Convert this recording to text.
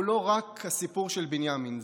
הוא לא רק הסיפור של בנימין,